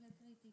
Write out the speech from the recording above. להקריא?